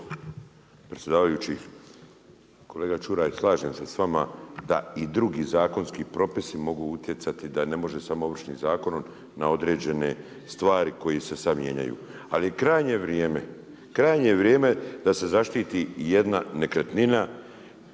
predsjedavajući. Kolega Čuraj slažem se s vama da i drugi zakonski propisi mogu utjecati da ne može samo Ovršnim zakonom na određene stvari koje se sada mijenjaju. Ali krajnje vrijeme je da se zaštiti jedna nekretnina,